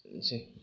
एसेनोसै